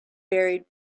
buried